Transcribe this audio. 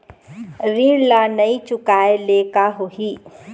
ऋण ला नई चुकाए ले का होही?